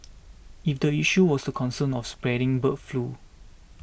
if the issue was the concern of spreading bird flu